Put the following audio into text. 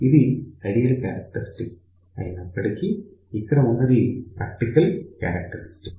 ఇది ideal characteristics అయినప్పటికీ ఇక్కడ ఉన్నది ప్రాక్టికల్ క్యారెక్టరిస్టిక్స్